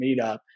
meetup